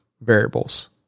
variables